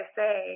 say